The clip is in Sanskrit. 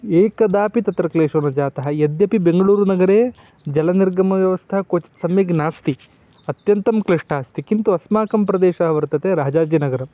एकदापि तत्र क्लेशो न जातः यद्यपि बेङ्गूलुरुनगरे जलनिर्गमव्यवस्था क्वचित् सम्यग् नास्ति अत्यन्तं क्लिष्टा अस्ति किन्तु अस्माकं प्रदेशः वर्तते राजाजिनगरम्